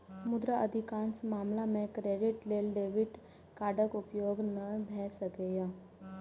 मुदा अधिकांश मामला मे क्रेडिट लेल डेबिट कार्डक उपयोग नै भए सकैए